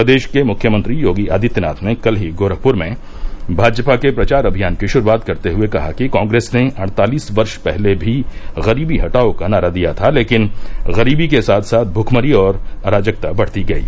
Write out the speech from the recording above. प्रदेश के मुख्यमंत्री योगी आदित्यनाथ ने कल ही गोरखपुर में भाजपा के प्रचार अभियान की शुरूआत करते हुए उन्होंने कहा कि कॉग्रेस ने अड़तालिस वर्ष पहले भी गरीबी हटाओ का नारा दिया था लेकिन गरीबी के साथ साथ भूखमरी और अराजकता बढ़ती गयी